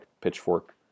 Pitchfork